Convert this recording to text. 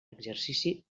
exercici